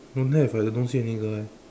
don't have I don't see any girl eh